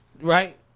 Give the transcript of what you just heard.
Right